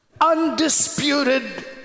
undisputed